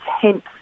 tenth